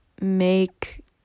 make